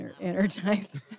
energized